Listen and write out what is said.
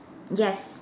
yes